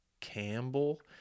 Campbell